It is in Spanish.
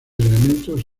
elementos